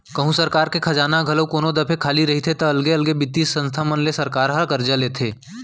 कहूँ सरकार के खजाना ह घलौ कोनो दफे खाली रहिथे ता अलगे अलगे बित्तीय संस्था मन ले सरकार ह करजा लेथे